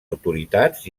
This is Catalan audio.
autoritats